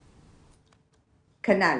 כנ"ל.